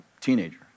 teenager